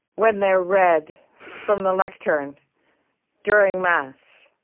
when they're read from the lectern during mass,